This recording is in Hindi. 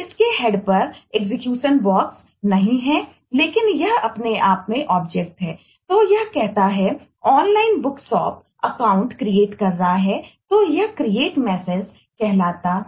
सिंक्रनाइज्ड कहलाता है